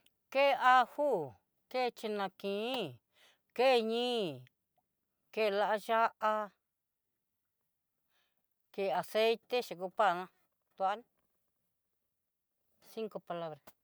Ké ajo, ke chinakin, ké ñi'i, ké la ya'á, ké aceite che kupa la tual cinco palabra.